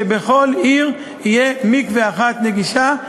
שבכל עיר יהיה מקווה אחת נגישה.